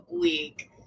week